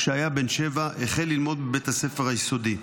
כשהיה בן שבע, החל ללמוד בבית הספר היסודי.